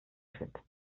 quitt